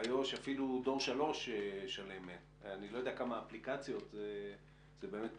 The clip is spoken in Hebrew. באיו"ש אפילו דור 3 --- ואני לא יודע כמה אפליקציות זה באמת פתרון.